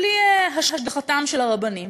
בלי השגחתם של הרבנים,